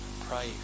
Pray